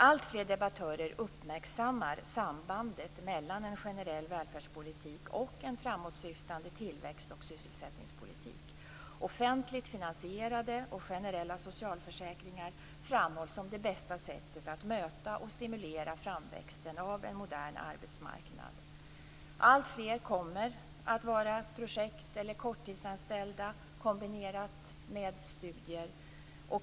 Alltfler debattörer uppmärksammar sambandet mellan en generell välfärdspolitik och en framåtsyftande tillväxt och sysselsättningspolitik. Offentligt finansierade och generella socialförsäkringar framhålls som det bästa sättet att möta och stimulera framväxten av en modern arbetsmarknad. Alltfler kommer att vara projekt eller korttidsanställda, kombinerat med studier.